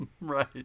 right